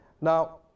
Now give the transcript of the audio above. Now